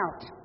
out